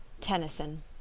Tennyson